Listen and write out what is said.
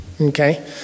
okay